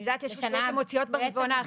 אני יודעת שיש רשויות שמוציאות ברבעון האחרון.